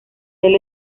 del